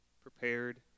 prepared